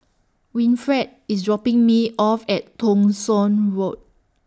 Winfred IS dropping Me off At Thong Soon Road